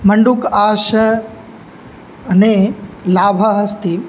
मण्डूकासने लाभः अस्ति